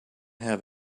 have